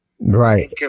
right